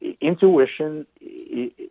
intuition